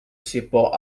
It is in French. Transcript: support